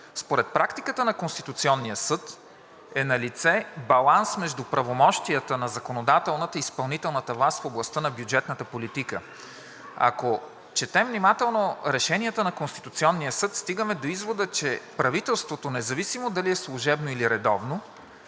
Според практиката на Конституционния съд е налице баланс между правомощията на законодателната и изпълнителната власт в областта на бюджетната политика. Ако четем внимателно решенията на Конституционния съд, стигаме до извода, че правителството, независимо дали е служебно, или редовно,